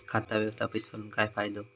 खाता व्यवस्थापित करून काय फायदो?